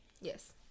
Yes